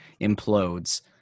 implodes